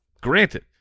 granted